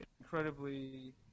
incredibly